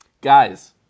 Guys